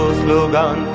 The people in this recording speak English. slogan